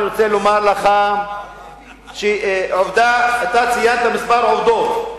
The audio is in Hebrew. אני רוצה לומר לך שאתה ציינת כמה עובדות.